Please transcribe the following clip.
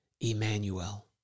Emmanuel